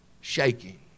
shaking